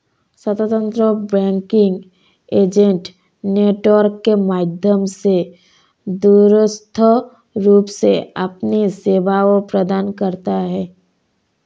स्वतंत्र banking agent network के माध्यम से दूरस्थ रूप से अपनी सेवाएं प्रदान करता है